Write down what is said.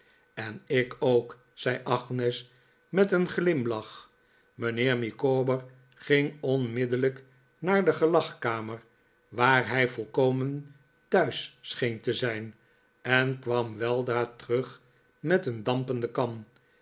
en ik ook zei agnes met een glimlach mijnheer micawber ging onmiddellijk naar de gelagkamer waar hij volkomen thuis scheen te zijn en kwam weldra terug met een dampende kan